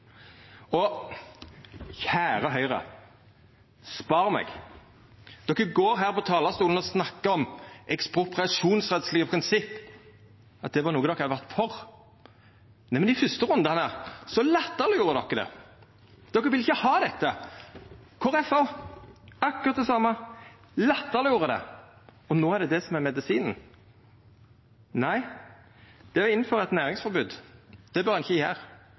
Og kjære Høgre: Spar meg. De går på talarstolen og snakkar om ekspropriasjonsrettslege prinsipp, at det var noko de hadde vore for, men i dei fyrste rundane latterleggjorde de det; de ville ikkje ha dette. Det same gjorde Kristeleg Folkeparti, dei latterleggjorde det. Og nå er det det som er medisinen. Nei, ein bør ikkje innføra eit næringsforbod, men når ein fyrst har gjort det,